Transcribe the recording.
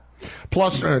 Plus